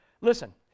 listen